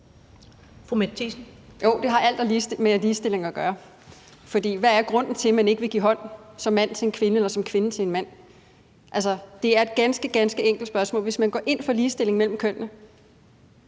det har alt med ligestilling at gøre, for hvad er grunden til, at man ikke vil give hånd som mand til en kvinde eller som kvinde til en mand? Det er et ganske, ganske enkelt spørgsmål, hvis man går ind for ligestilling mellem kønnene.